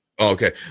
Okay